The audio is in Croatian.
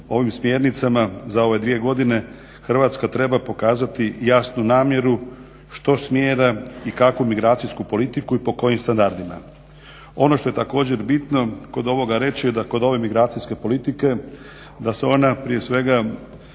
Hrvatska treba pokazati jasnu namjeru, što smjera i kakvu migracijsku politiku i po kojim standardima. Ono što je također bitno kod ovoga reći je da kod ove migracijske politike da se ona prije svega